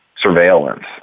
surveillance